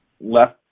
left